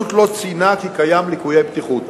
לא ציינה לגביו כי קיימים ליקויי בטיחות.